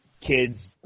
kids